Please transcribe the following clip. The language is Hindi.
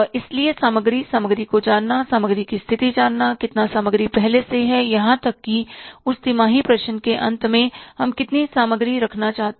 इसलिए सामग्री सामग्री को जानना सामग्री की स्थिति जानना कितना सामग्री पहले से हैयहां तक कि उस तिमाही प्रश्न के अंत में हम कितनी सामग्री रखना चाहते हैं